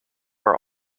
are